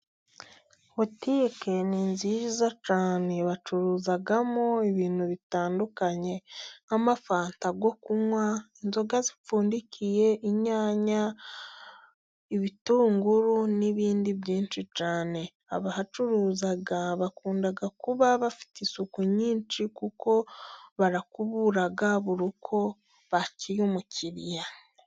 Butike ni nziza cyane, bacuruzamo ibintu bitandukanye: nk'amafanta yo kunywa, inzoga zipfundikiye, inyanya, ibitunguru n'ibindi byinshi cyane, abahacuruza bakunda kuba bafite isuku nyinshi ,kuko barakubura buri uko bakiye umukiriya.